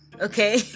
okay